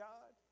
God